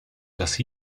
dass